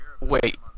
wait